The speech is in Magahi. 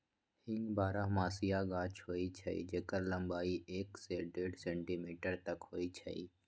हींग बरहमसिया गाछ होइ छइ जेकर लम्बाई एक से डेढ़ सेंटीमीटर तक होइ छइ